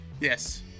Yes